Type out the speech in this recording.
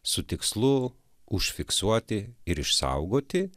su tikslu užfiksuoti ir išsaugoti